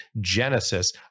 Genesis